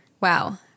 Wow